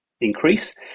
increase